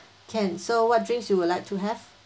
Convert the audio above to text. can so what drinks you would like to have